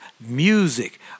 music